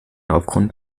aufgrund